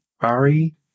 Barry